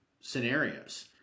scenarios